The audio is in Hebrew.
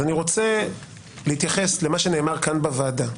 אני רוצה להתייחס למה שנאמר כאן בוועדה,